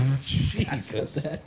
Jesus